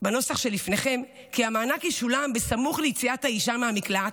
בנוסח שלפניכם כי המענק ישולם סמוך ליציאת האישה מהמקלט,